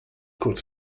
kurz